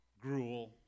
Gruel